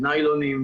ניילונים,